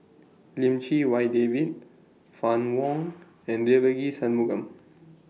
Lim Chee Wai David Fann Wong and Devagi Sanmugam